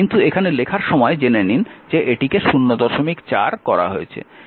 কিন্তু এখানে লেখার সময় জেনে নিন যে এটিকে 04 করা হয়েছে